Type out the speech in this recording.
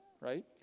Right